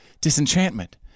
disenchantment